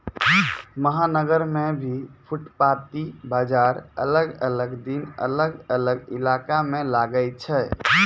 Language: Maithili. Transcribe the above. महानगर मॅ भी फुटपाती बाजार अलग अलग दिन अलग अलग इलाका मॅ लागै छै